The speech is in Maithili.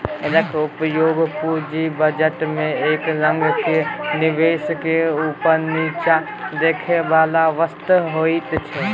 एकर उपयोग पूंजी बजट में एक रंगक निवेश के ऊपर नीचा देखेबाक वास्ते होइत छै